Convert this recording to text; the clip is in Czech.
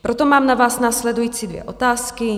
Proto mám na vás následující dvě otázky.